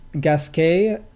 Gasquet